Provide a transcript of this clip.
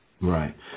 Right